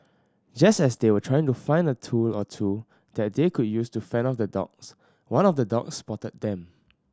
just as they were trying to find a tool or two that they could use to fend off the dogs one of the dogs spotted them